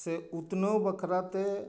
ᱥᱮ ᱩᱛᱱᱟᱹᱣ ᱵᱟᱠᱷᱟᱨᱟᱛᱮ